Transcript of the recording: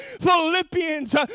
Philippians